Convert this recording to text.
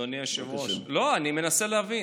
אדוני היושב-ראש, לא, אני מנסה להבין.